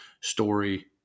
story